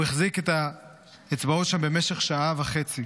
הוא החזיק את האצבעות שם במשך שעה וחצי,